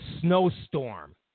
snowstorm